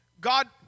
God